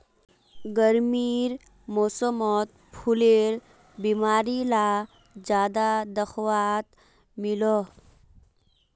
गर्मीर मौसमोत फुलेर बीमारी ला ज्यादा दखवात मिलोह